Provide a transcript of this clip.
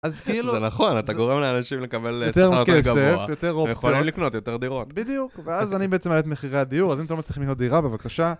זה נכון, אתה גורם לאנשים לקבל שכר יותר גבוהה, יותר כסף, ויכולים לקנות יותר דירות. בדיוק, ואז אני בעצם מעלה את מחירי הדיור, אז אם אתה לא מצליח לקנות דירה בבקשה...